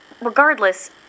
Regardless